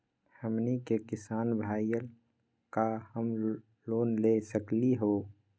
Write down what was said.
हमनी के किसान भईल, का हम लोन ले सकली हो?